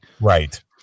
right